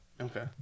Okay